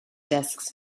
disks